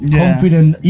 confident